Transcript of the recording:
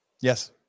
Yes